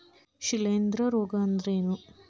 ಶಿಲೇಂಧ್ರ ರೋಗಾ ಅಂದ್ರ ಏನ್?